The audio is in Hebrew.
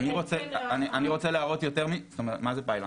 אני רוצה להראות יותר, זאת אומרת מה זה פיילוט?